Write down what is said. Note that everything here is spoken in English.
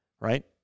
right